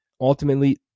ultimately